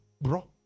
bro